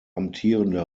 amtierende